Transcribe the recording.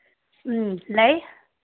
ꯎꯝ ꯂꯩ